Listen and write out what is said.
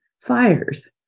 fires